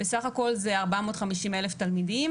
בסך הכל מדובר ב-450,000 תלמידים.